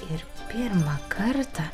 ir pirmą kartą